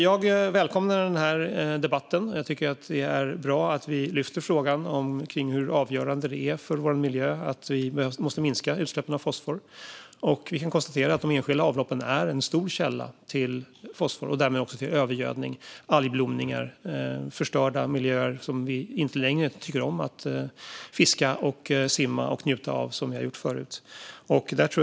Jag välkomnar den här debatten. Jag tycker att det är bra att vi lyfter frågan kring hur avgörande det är för vår miljö att vi minskar utsläppen av fosfor. Vi kan konstatera att de enskilda avloppen är en stor källa till fosfor och därmed också till övergödning, algblomningar och förstörda miljöer som vi inte längre tycker om att fiska och simma i och njuta av som vi har gjort förut.